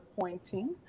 pointing